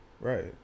right